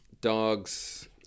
dogs